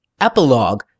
epilogue